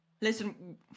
Listen